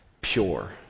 Pure